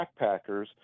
backpackers